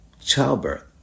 childbirth